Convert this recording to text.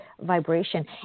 vibration